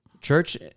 Church